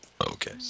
Okay